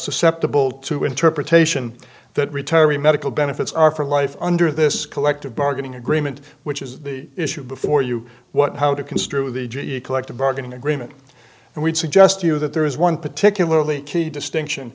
susceptible to interpretation that retiree medical benefits are for life under this collective bargaining agreement which is the issue before you what how to construe the collective bargaining agreement and we'd suggest to you that there is one particularly key distinction